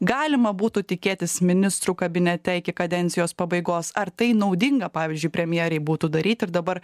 galima būtų tikėtis ministrų kabinete iki kadencijos pabaigos ar tai naudinga pavyzdžiui premjerei būtų daryt ir dabar